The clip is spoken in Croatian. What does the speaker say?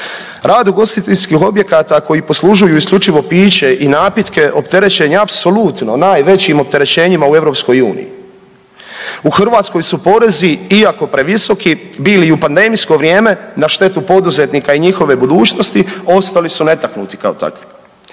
Rad ugostiteljskih objekata koji poslužuju isključivo piće i napitke opterećen je apsolutno najvećim opterećenjima u EU. U Hrvatskoj su porezi iako previsoki bili i u pandemijsko vrijeme na štetu poduzetnika i njihove budućnosti ostali su netaknuti kao takvi.